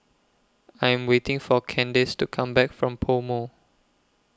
I Am waiting For Kandace to Come Back from Pomo